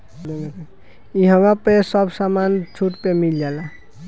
इहवा पे सब समान छुट पे मिल जाला